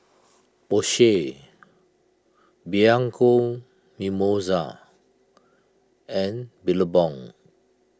Porsche Bianco Mimosa and Billabong